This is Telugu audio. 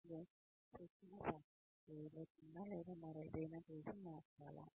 ఇప్పుడు శిక్షణ సహాయం చేయబోతుందా లేదా మరేదైనా చేసి మార్చాలా